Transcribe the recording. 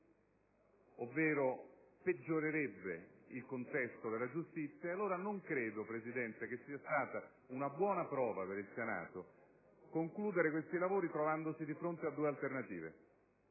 peggiorerebbe il contesto della giustizia. Non credo, Presidente, che sia stata allora una buona prova per il Senato concludere questi lavori trovandosi di fronte a due alternative: